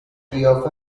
قیافه